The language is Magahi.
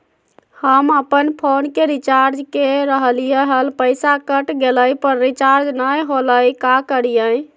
हम अपन फोन के रिचार्ज के रहलिय हल, पैसा कट गेलई, पर रिचार्ज नई होलई, का करियई?